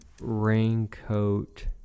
Raincoat